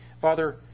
Father